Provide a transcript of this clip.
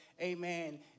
amen